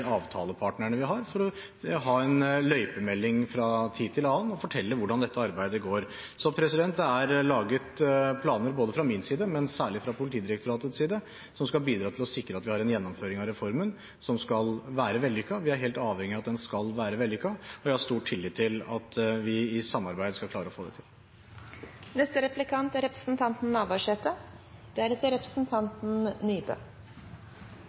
avtalepartnerne vi har, for å ha en løypemelding fra tid til annen og fortelle hvordan dette arbeidet går. Så det er laget planer både fra min side og særlig fra Politidirektoratets side, som skal bidra til å sikre at vi har en gjennomføring av reformen, som skal være vellykket. Vi er helt avhengig av at den skal være vellykket, og vi har stor tillit til at vi i samarbeid skal klare å få det til.